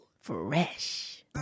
Fresh